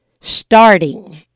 starting